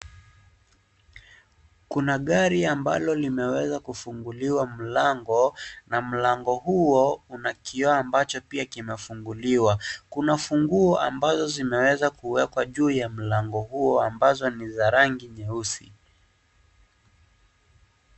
Kuna gari ambalo limeweza kufunguliwa mlango na mlango huo una kioo ambacho pia kimefunguliwa, kuna funguo ambazo zimeweza kuwekwa juu ya mlango huo ambazo ni za rangi nyeusi.